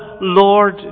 Lord